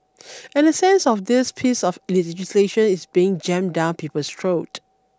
and a sense of this piece of legislation is being jammed down people's throat